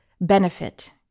benefit